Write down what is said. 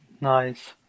Nice